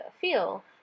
feel